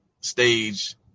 stage